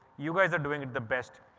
you guys are doing it the best.